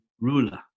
ruler